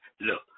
look